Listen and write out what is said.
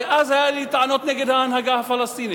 אז היו לי טענות נגד ההנהגה הפלסטינית,